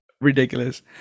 ridiculous